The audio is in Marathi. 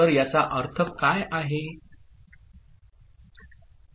तर याचा अर्थ काय आहे